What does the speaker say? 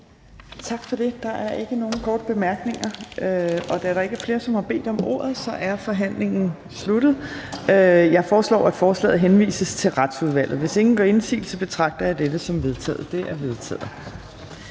Tak for det. Der er ikke nogen korte bemærkninger. Da der ikke er flere, der har bedt om ordet, er forhandlingen sluttet. Jeg foreslår, at forslaget henvises til Retsudvalget. Hvis ingen gør indsigelse, betragter jeg dette som vedtaget. Det er vedtaget.